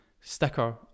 sticker